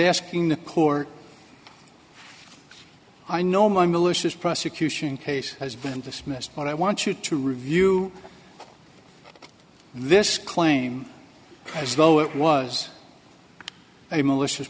asking the court i know my malicious prosecution case has been dismissed but i want you to review this claim as though it was a malicious